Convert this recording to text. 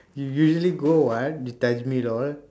you usually go [what] you me that one